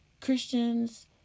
Christians